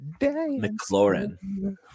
McLaurin